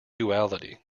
duality